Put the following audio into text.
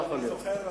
אני זוכר,